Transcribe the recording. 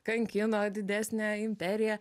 kankino didesnė imperija